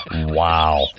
Wow